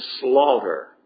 slaughter